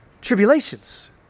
tribulations